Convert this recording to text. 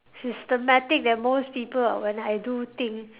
systematic than most people when I do thing